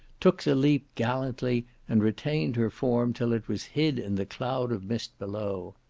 took the leap gallantly, and retained her form till it was hid in the cloud of mist below.